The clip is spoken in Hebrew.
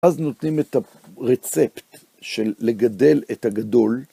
אז נותנים את הרצפט של לגדל את הגדול.